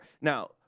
Now